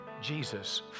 Jesus